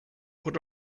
put